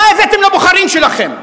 מה הבאתם לבוחרים שלכם?